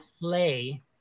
play